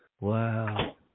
Wow